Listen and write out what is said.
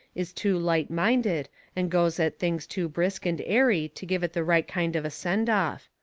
is too light-minded and goes at things too brisk and airy to give it the right kind of a send-off.